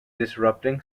disrupting